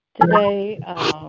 today